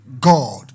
God